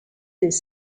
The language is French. des